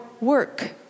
work